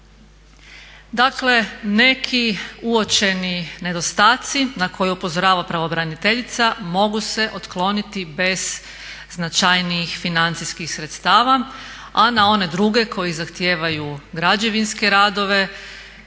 Dakle neki uočeni nedostaci na koje upozorava pravobraniteljica mogu se otkloniti bez značajnijih financijskih sredstava, a na one druge koji zahtijevaju građevinske radove